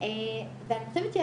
ואני חושבת,